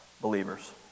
believers